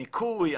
ניקוי,